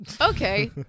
okay